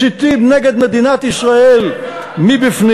מסיתים נגד מדינת ישראל מבפנים.